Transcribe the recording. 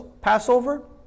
Passover